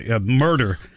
murder